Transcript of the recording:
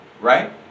right